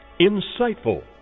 insightful